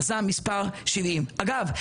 מחז"מ מספר 70. אגב,